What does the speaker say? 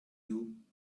you